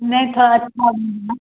नहीं थोड़ा मैं